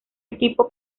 equipo